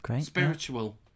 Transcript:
Spiritual